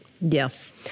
Yes